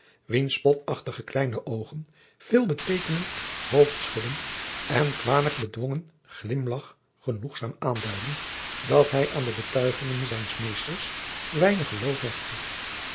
wiens spotachtige kleine oogen veel beteekenend hoofdschudden en kwalijk bedwongen glimlagch genoegzaam aanduidden dat hij aan de betuigingen zijns meesters weinig geloof hechtte